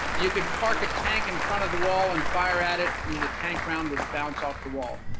you could park a tank in front of the wall and fire at it and the tank round would bounce off the wall.